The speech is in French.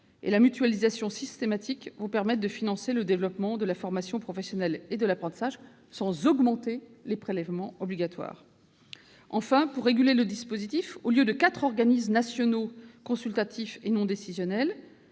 la mutualisation systématique vont permettre de financer le développement de la formation professionnelle et de l'apprentissage, sans augmenter les prélèvements obligatoires. Enfin, pour réguler le dispositif, au lieu de quatre organismes nationaux consultatifs et non décisionnels